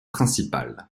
principal